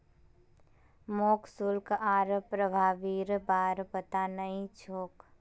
मोक शुल्क आर प्रभावीर बार पता नइ छोक